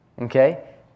okay